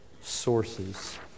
sources